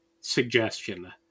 suggestion